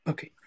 Okay